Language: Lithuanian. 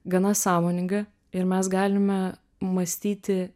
gana sąmoninga ir mes galime mąstyti